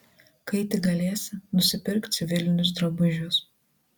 kai tik galėsi nusipirk civilinius drabužius